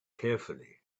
carefully